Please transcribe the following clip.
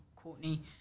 Courtney